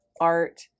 art